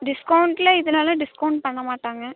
டிஸ்கவுண்ட்டில் இதனால டிஸ்கவுண்ட் பண்ண மாட்டாங்க